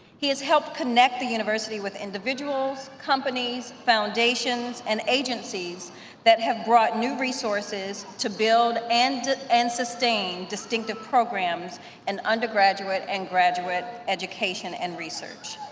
he has helped connect the university with individuals, companies, foundations and agencies that have brought new resources to build and and sustain distinctive programs in undergraduate and graduate education and research.